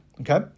Okay